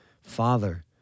Father